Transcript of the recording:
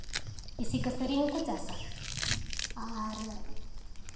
ᱴᱤᱥᱤ ᱠᱟᱹᱥᱟᱹᱨᱤ ᱦᱚᱸᱠᱚ ᱪᱟᱥᱼᱟ